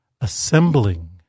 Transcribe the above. assembling